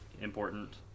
important